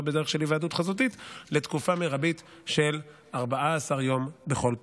בדרך של היוועדות חזותית לתקופה מרבית של 14 ימים בכל פעם.